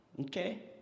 okay